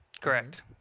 Correct